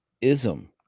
ism